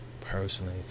Personally